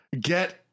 get